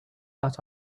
that